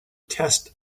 test